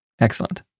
excellent